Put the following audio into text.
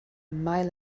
mile